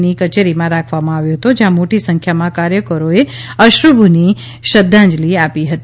ની કચેરીમાં રાખવામાં આવ્યો હતો જ્યાંમોટી સંખ્યામાં કાર્યકરોએ અશ્રુભીની શ્રદ્ધાંજલિ આપી હતી